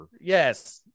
Yes